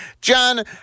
John